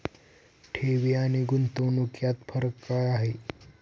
ठेवी आणि गुंतवणूक यात फरक काय आहे?